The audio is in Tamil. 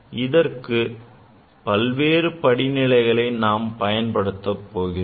இதற்கு பல்வேறு படிநிலைகளை நாம் பயன்படுத்த போகிறோம்